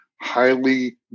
highly